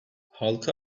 halka